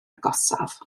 agosaf